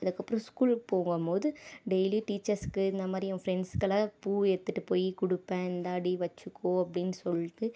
அதுக்கப்புறம் ஸ்கூலுக்கு போகும் போது டெய்லி டீச்சர்ஸ்க்கு இந்தமாதிரி என் ஃப்ரெண்ட்ஸுக்கெல்லாம் பூ எடுத்துட்டு போய் கொடுப்பேன் இந்தாடி வச்சுக்கோ அப்படின்னு சொல்லிட்டு